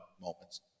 moments